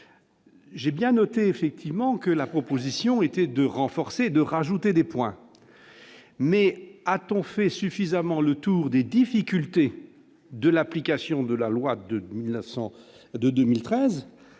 J'ai bien noté effectivement que la proposition était de renforcer de rajouter des points mais a-t-on fait suffisamment le tour des difficultés de l'application de la loi de 1900